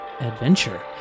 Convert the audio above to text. adventure